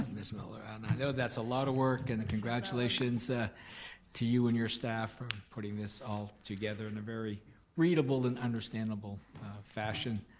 miss muller and i know that's a lot of work and congratulations to you and your staff for putting this all together in a very readable and understandable fashion.